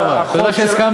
תודה רבה, תודה שהסכמת.